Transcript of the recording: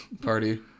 party